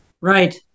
Right